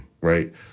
right